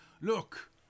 Look